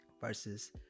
Versus